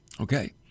Okay